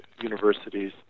universities